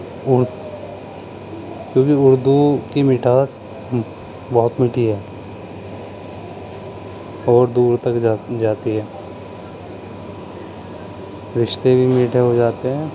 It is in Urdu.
اور کیونکہ اردو کی مٹھاس بہت میٹھی ہے اور دور تک جاتی جاتی ہے رشتے بھی میٹھے ہو جاتے ہیں